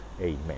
Amen